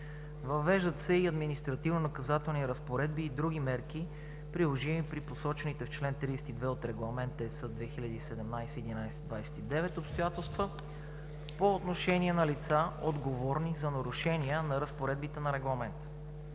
Въвеждат се и административнонаказателни разпоредби и други мерки, приложими при посочените в член 32 от Регламент (ЕС) 2017/1129 обстоятелства, по отношение на лица, отговорни за нарушения на разпоредбите на регламента.